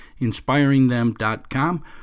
inspiringthem.com